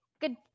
Good